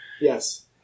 Yes